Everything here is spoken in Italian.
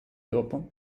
dopo